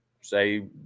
Say